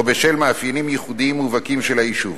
או בשל מאפיינים ייחודיים מובהקים של היישוב.